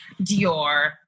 Dior